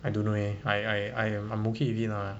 I don't know eh I I am okay with it ah